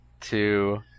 two